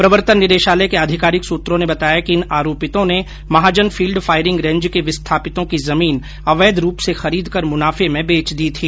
प्रवर्तन निदेशालय के आधिकारिक सुत्रों ने बताया कि इन आरोपितों ने महाजन फील्ड फायरिंग रेंज के विस्थापितों की जमीन अवैध रूप से खरीदकर मुनाफे में बेच दी थी